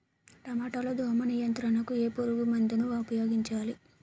టమాటా లో దోమ నియంత్రణకు ఏ పురుగుమందును ఉపయోగించాలి?